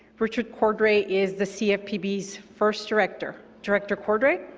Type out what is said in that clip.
richard cordray is the cfpb's first director. director cordray?